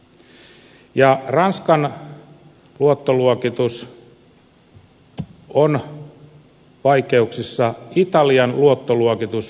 ja ranskan luottoluokitus on vaikeuksissa italian luottoluokitus putosi